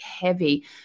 heavy